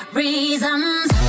reasons